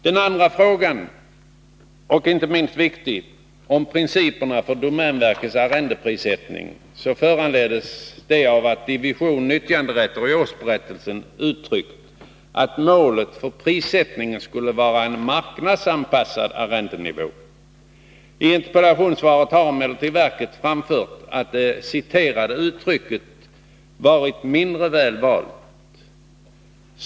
Den andra frågan — inte minst viktig — om principerna för domänverkets arrendeprissättning föranleddes av att division nyttjanderätter i årsberättelsen uttryckt att målet för prissättning skulle vara en ”marknadsanpassad” arrendenivå. I interpellationssvaret har emellertid angetts att verket framfört att det citerade uttrycket varit ”mindre väl valt”.